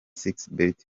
sixbert